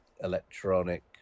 electronic